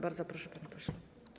Bardzo proszę, panie pośle.